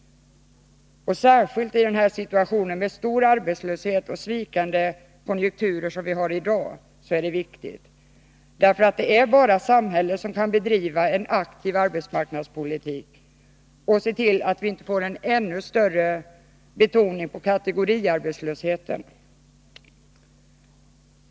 Särskilt i den situation med stor arbetslöshet och sviktande konjunkturer som vi har i dag är detta viktigt, därför att det bara är samhället som kan bedriva en aktiv arbetsmarknadspolitik och se till att vi inte får en ännu större betoning på kategoriarbetslöshet.